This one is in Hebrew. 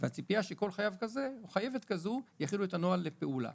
והציפייה שכל חייב כזה או חייבת כזאת יחילו את הנוהל לפעולה.